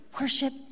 Worship